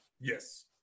Yes